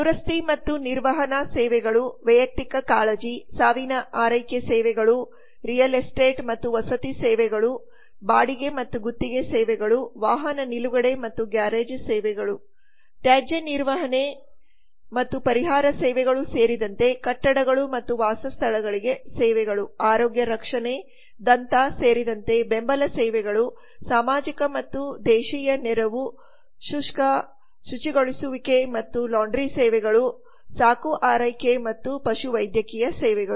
ದುರಸ್ತಿ ಮತ್ತು ನಿರ್ವಹಣಾಸೇವೆಗಳು ವೈಯಕ್ತಿಕ ಕಾಳಜಿ ಸಾವಿನ ಆರೈಕೆ ಸೇವೆಗಳು ರಿಯಲ್ ಎಸ್ಟೇಟ್ ಮತ್ತು ವಸತಿ ಸೇವೆಗಳು ಬಾಡಿಗೆ ಮತ್ತು ಗುತ್ತಿಗೆ ಸೇವೆಗಳು ವಾಹನ ನಿಲುಗಡೆ ಮತ್ತು ಗ್ಯಾರೇಜ್ ಸೇವೆಗಳು ತ್ಯಾಜ್ಯ ನಿರ್ವಹಣೆ ಮತ್ತು ಪರಿಹಾರ ಸೇವೆಗಳು ಸೇರಿದಂತೆ ಕಟ್ಟಡಗಳು ಮತ್ತು ವಾಸಸ್ಥಳಗಳಿಗೆ ಸೇವೆಗಳು ಆರೋಗ್ಯ ರಕ್ಷಣೆ ದಂತ ಸೇರಿದಂತೆ ಬೆಂಬಲ ಸೇವೆಗಳು ಸಾಮಾಜಿಕ ಮತ್ತು ದೇಶೀಯ ನೆರವು ಶುಷ್ಕ ಶುಚಿಗೊಳಿಸುವಿಕೆ ಮತ್ತು ಲಾಂಡ್ರಿ ಸೇವೆಗಳು ಸಾಕು ಆರೈಕೆ ಮತ್ತು ಪಶುವೈದ್ಯಕೀಯ ಸೇವೆಗಳು